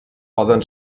poden